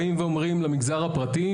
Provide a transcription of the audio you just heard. באים ואומרים למגזר הפרטי,